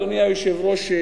אדוני היושב-ראש,